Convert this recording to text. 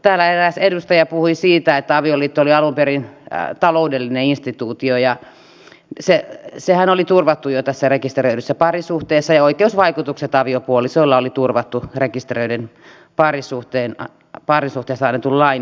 täällä eräs edustaja puhui siitä että avioliitto oli alun perin taloudellinen instituutio ja sehän oli turvattu jo tässä rekisteröidyssä parisuhteessa ja oikeusvaikutukset aviopuolisoilla oli turvattu rekisteröidystä parisuhteesta annetun lain perusteella